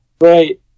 Right